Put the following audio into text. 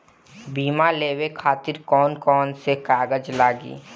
बीमा लेवे खातिर कौन कौन से कागज लगी?